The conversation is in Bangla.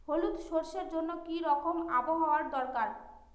হলুদ সরষে জন্য কি রকম আবহাওয়ার দরকার?